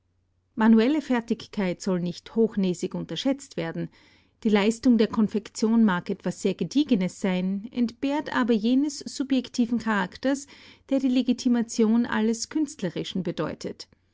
manuelle fertigkeit soll nicht hochnäsig unterschätzt werden die leistung der konfektion mag etwas sehr gediegenes sein entbehrt aber jenes subjektiven charakters der die legitimation alles künstlerischen bedeutet